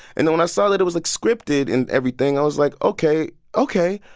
and then when i saw that it was, like, scripted and everything, i was like, ok, ok.